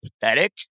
pathetic